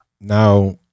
now